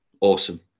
Awesome